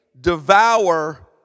devour